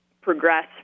progress